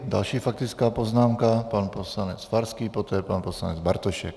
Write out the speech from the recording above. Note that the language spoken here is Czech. Další faktická poznámka, pan poslanec Farský, poté pan poslanec Bartošek.